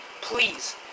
please